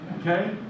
okay